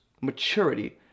maturity